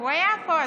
הוא היה פה.